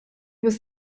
was